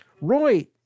Roy